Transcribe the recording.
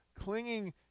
clinging